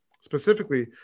specifically